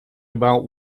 about